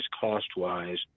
cost-wise